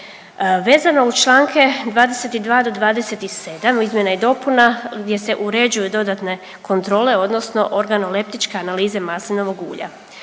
Vezano uz Članka 22. do 27. izmjena i dopuna gdje se uređuje dodatne kontrole odnosno organoleptičke analize maslinovog ulja.